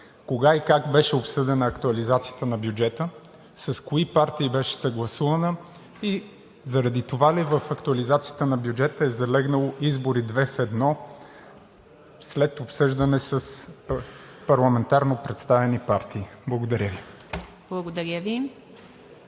кога и как беше обсъдена актуализацията на бюджета? С кои партии беше съгласувана? Затова ли в актуализацията на бюджета е залегнало избори 2 в 1 след обсъждане с парламентарно представени партии? Благодаря. ПРЕДСЕДАТЕЛ